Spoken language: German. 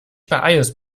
beeilst